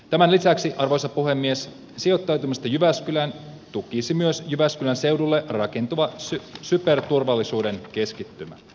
tämän lisäksi arvoisa puhemies sijoittautumista jyväskylään tukisi myös jyväskylän seudulle rakentuva kyberturvallisuuden keskittymä